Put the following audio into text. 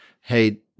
hey